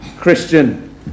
Christian